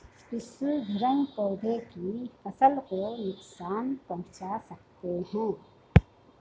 पिस्सू भृंग पौधे की फसल को नुकसान पहुंचा सकते हैं